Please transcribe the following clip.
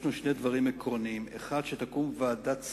ביקשנו שני דברים עקרוניים: אחד, שתקום ועדת שרים,